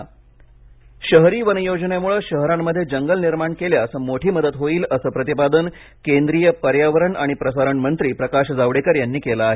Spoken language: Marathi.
शहरी वन शहरी वन योजनेम्ळे शहरांमध्ये जंगल निर्माण केल्यास मोठी मदत होईल असं प्रतिपादन केंद्रीय पर्यावरण आणि प्रसारण मंत्री प्रकाश जावडेकर यांनी केलं आहे